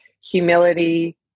humility